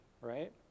right